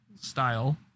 style